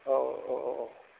औ औ औ औ